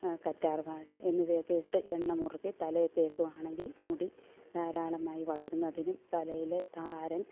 കറ്റാർവാഴ എന്നിവയൊക്കെ ഇട്ട് എണ്ണമുറുക്കി തലയിൽ തേക്കുകയാണെങ്കിൽ മുടി ധാരാളമായി വളരുന്നതിനും തലയിലെ താരൻ